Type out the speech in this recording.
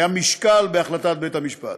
היה משקל להחלטת בית-המשפט.